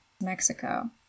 Mexico